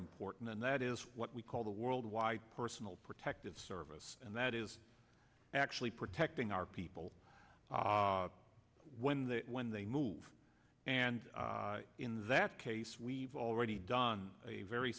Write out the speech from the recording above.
important and that is what we call the worldwide personal protective service and that is actually protecting our people when they when they move and in that case we've already done a very